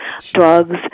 drugs